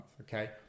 okay